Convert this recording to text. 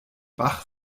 bach